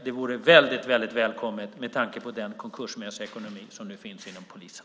Det vore väldigt välkommet med tanke på den konkursmässiga ekonomi som nu finns inom polisen.